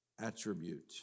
attribute